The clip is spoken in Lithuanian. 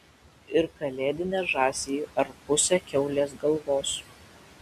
ir kalėdinę žąsį ar pusę kiaulės galvos